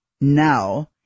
Now